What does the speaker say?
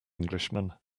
englishman